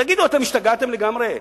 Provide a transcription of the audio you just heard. תגידו, אתם השתגעתם לגמרי?